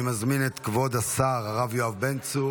אני מזמין את כבוד השר הרב יואב בן צור